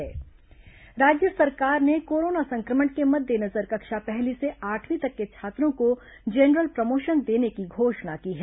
general promotion राज्य सरकार ने कोरोना संक्रमण के मद्देनजर कक्षा पहली से आठवीं तक के छात्रों को जनरल प्रमोशन देने की घोषणा की है